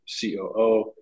coo